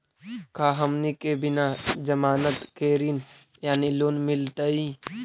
का हमनी के बिना जमानत के ऋण यानी लोन मिलतई?